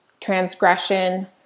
transgression